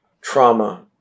trauma